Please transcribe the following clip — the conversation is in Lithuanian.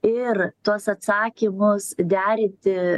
ir tuos atsakymus derinti